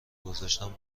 گذاشتن